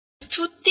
Tutti